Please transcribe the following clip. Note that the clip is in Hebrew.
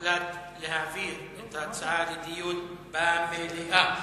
הוחלט להעביר את ההצעות לדיון במליאה.